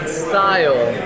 style